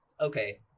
okay